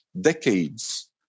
decades